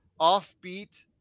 offbeat